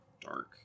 dark